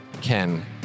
Ken